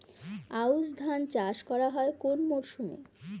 আউশ ধান চাষ করা হয় কোন মরশুমে?